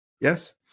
Yes